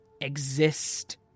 Exist